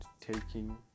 taking